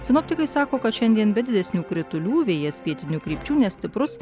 sinoptikai sako kad šiandien be didesnių kritulių vėjas pietinių krypčių nestiprus